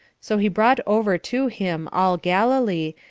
so he brought over to him all galilee,